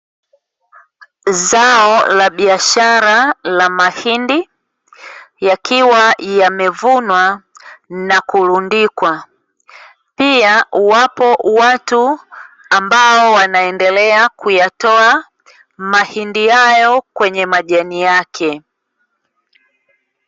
Zao la biashara la mahindi, yakiwa yamevunwa na kurundikwa, pia wapo watu ambao wanaendelea kuyatoa mahindi hayo kwenye majani yake.